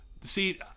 See